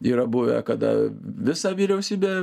yra buvę kada visą vyriausybę